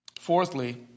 Fourthly